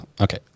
okay